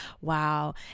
wow